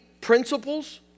principles